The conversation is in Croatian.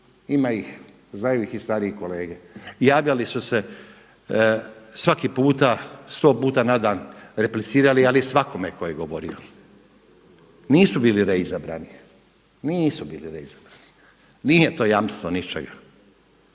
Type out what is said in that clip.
ima ih, znaju ih i stariji kolege, javljali su se svaki puta, 100 puta na dan, replicirali, ali svakome tko je govorio. Nisu bili reizabrani, nisu bili reizabrani. Nije to jamstvo ničega.